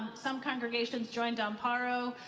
some congregations joined ah ammparo.